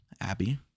Abby